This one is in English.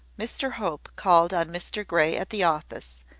mr hope called on mr grey at the office,